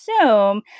assume